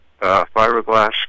fiberglass